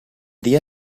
día